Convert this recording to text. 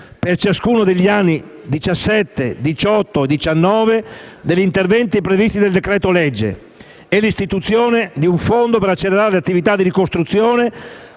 per ciascuno degli anni 2017, 2018 e 2019, per gli interventi previsti nel decreto-legge e l'istituzione di un Fondo per accelerare le attività di ricostruzione,